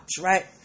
right